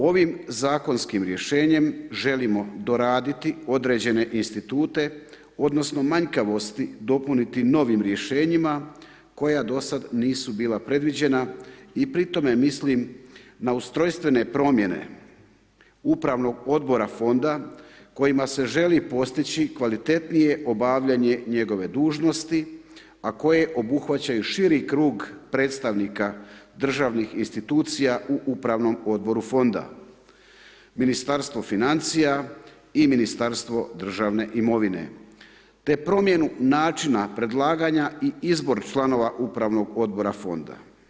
Ovim zakonskim rješenjem želimo doraditi određene institute, odnosno manjkavosti dopuniti novim rješenjima koja do sada nisu bila predviđena i pri tome mislim na ustrojstvene promjene upravnog odbora fonda kojima se želi postići kvalitetnije obavljanje njegove dužnosti a koje obuhvaćaju širi krug predstavnika državnih institucija u upravnom odboru fonda, Ministarstvo financija i Ministarstvo državne imovine, te promjenu načina predlaganja i izbor članova Upravnog odbora Fonda.